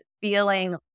feeling